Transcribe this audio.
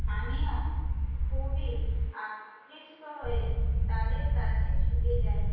আমিও খুবই আকৃষ্ট হয়ে তাদের কাছে ছুটে যাই